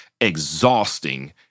exhausting